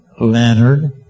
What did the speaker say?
Leonard